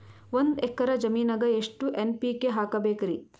ಒಂದ್ ಎಕ್ಕರ ಜಮೀನಗ ಎಷ್ಟು ಎನ್.ಪಿ.ಕೆ ಹಾಕಬೇಕರಿ?